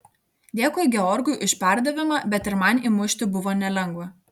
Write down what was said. dėkui georgui už perdavimą bet ir man įmušti buvo nelengva